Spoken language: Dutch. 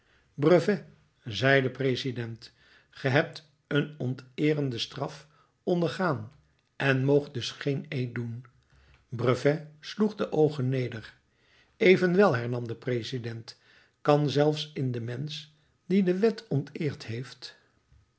zei de president gij hebt een onteerende straf ondergaan en moogt dus geen eed doen brevet sloeg de oogen neder evenwel hernam de president kan zelfs in den mensch dien de wet onteerd heeft